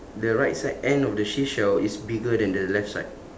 the right side end of the seashell is bigger than the left side